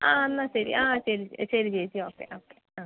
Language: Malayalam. ആ എന്നാൽ ശരി ആ ശരി ശരി ചേച്ചി ഓക്കെ ആ ആ